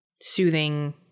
soothing